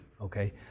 okay